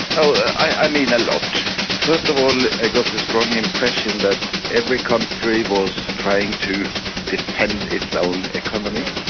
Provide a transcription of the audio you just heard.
i mean a lot. first of all, i got the strong impression that every country was trying to defend its own economy,